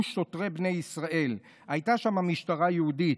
שֹטרי בני ישראל" הייתה שם משטרה יהודית,